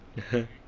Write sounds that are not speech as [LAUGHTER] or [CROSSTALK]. [LAUGHS]